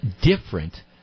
different